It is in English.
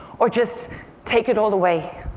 or just take it all away.